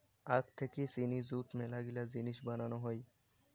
আখ থাকি চিনি যুত মেলাগিলা জিনিস বানানো হই